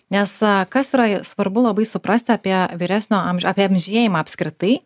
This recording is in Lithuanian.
nes kas yra svarbu labai suprasti apie vyresnio amž apie amžėjimą apskritai